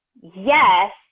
Yes